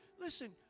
Listen